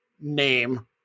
name